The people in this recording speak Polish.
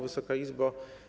Wysoka Izbo!